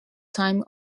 time